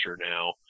now